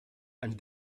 and